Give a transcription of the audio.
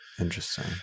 Interesting